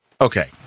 Okay